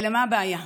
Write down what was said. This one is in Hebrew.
מה הבעיה?